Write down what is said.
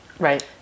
Right